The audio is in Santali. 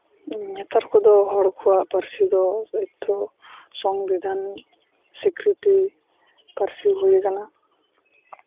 ᱱᱮᱛᱟᱨ ᱠᱚᱫᱚ ᱦᱚᱲ ᱠᱚᱣᱟᱜ ᱯᱟᱹᱨᱥᱤ ᱫᱚ ᱱᱤᱛᱚᱜ ᱥᱚᱝᱵᱤᱫᱷᱟᱱ ᱥᱤᱠᱠᱨᱤᱛᱤ ᱯᱟᱹᱨᱥᱤ ᱦᱩᱭ ᱠᱟᱱᱟ